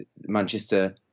Manchester